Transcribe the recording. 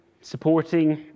supporting